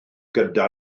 gyda